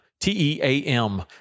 T-E-A-M